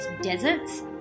deserts